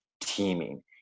teaming